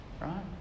Right